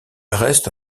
reste